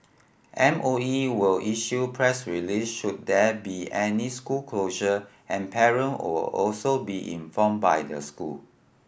M O E will issue press release should there be any school closure and parent will also be informed by the school